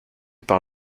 par